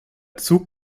zug